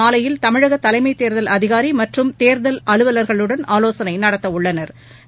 மாவையில் தமிழகத் தலைமை தேர்தல் அதிகாரி மற்றும் தேர்தல் அலுவலர்களுடன் ஆலோசனை நடத்த உள்ளனா்